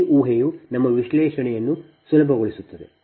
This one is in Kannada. ಈ ಊಹೆಯು ನಮ್ಮ ವಿಶ್ಲೇಷಣೆಯನ್ನು ಸುಲಭಗೊಳಿಸುತ್ತದೆ